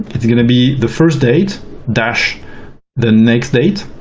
it's going to be the first date the next date,